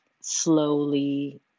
slowly